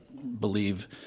believe